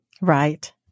Right